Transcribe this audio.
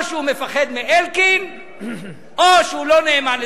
או שהוא מפחד מאלקין או שהוא לא נאמן לדבריו.